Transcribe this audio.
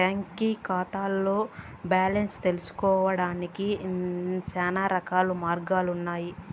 బాంకీ కాతాల్ల బాలెన్స్ తెల్సుకొనేదానికి శానారకాల మార్గాలుండన్నాయి